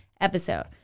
episode